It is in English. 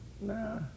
Nah